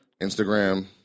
Instagram